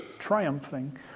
triumphing